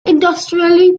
industrially